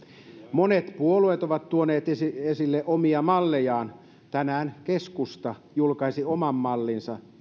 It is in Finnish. monet puolueet ovat tuoneet esille esille omia mallejaan tänään keskusta julkaisi oman mallinsa